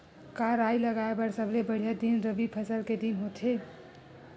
का राई लगाय बर सबले बढ़िया दिन रबी फसल के दिन होथे का?